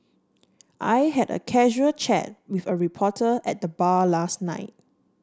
I had a casual chat with a reporter at the bar last night